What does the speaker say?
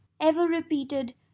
Ever-repeated